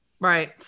Right